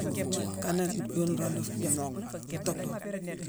Kana yooni nroog nruu yongu ntuuckduma